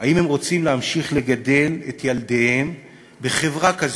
אם הם רוצים להמשיך ולגדל את ילדיהם בחברה כזאת,